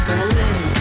Berlin